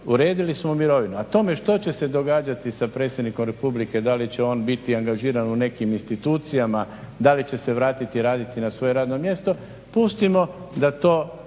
uredili smo mirovinu, a tome što će se događati sa predsjednikom Republike da li će on biti angažiran u nekim institucijama, da li će se vratiti raditi na svoje radno mjesto, pustimo da to